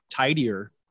tidier